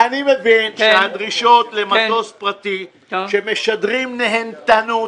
אני מבין שהדרישות למטוס פרטי שמשדרות נהנתנות,